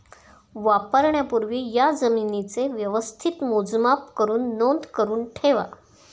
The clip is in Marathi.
वापरण्यापूर्वी या जमीनेचे व्यवस्थित मोजमाप करुन नोंद करुन ठेवा